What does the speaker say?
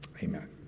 Amen